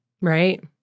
right